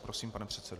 Prosím, pane předsedo.